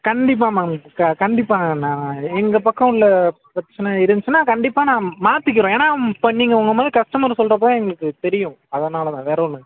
கண்டிப்பாக மேம் இப்போ க கண்டிப்பாங்க ந எங்கள் பக்கம் உள்ள பிரச்சனை இருந்துச்சுன்னா கண்டிப்பாக நான் மாற்றிக்கிறோம் ஏனா இப்போ நீங்கள் உங்கள் மாதிரி கஸ்டமர் சொல்றப்போ தான் எங்களுக்கு தெரியும் அதனால் தான் வேறு ஒன்றும் இல்லை